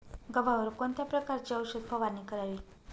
गव्हावर कोणत्या प्रकारची औषध फवारणी करावी?